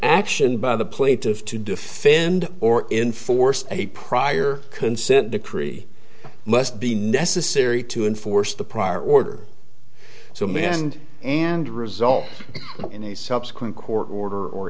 action by the plaintiff to defend or in force a prior consent decree must be necessary to enforce the prior order so manned and result in a subsequent court order or